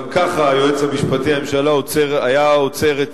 גם ככה היועץ המשפטי לממשלה היה עוצר את